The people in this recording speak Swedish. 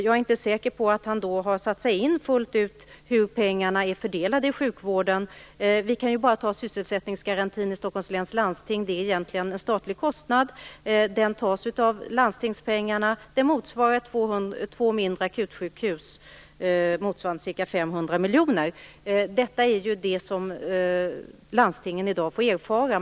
Jag är inte säker på att han fullt ut har satt sig in i hur pengarna är fördelade i sjukvården. Vi kan bara ta sysselsättningsgarantin i Stockholms läns landsting. Det är egentligen en statlig kostnad. Den tas av landstingspengarna. Det motsvarar två mindre akutsjukhus, dvs. ca 500 miljoner. Detta är det som landstingen i dag får erfara.